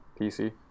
PC